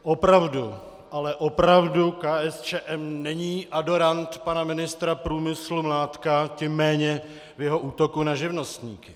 Opravdu, ale opravdu KSČM není adorant pana ministra průmyslu Mládka, tím méně jeho útoku na živnostníky.